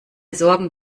sorgen